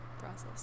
process